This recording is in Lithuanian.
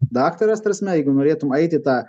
daktaras ta prasme jeigu norėtum eit į tą